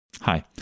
Hi